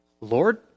Lord